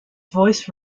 voice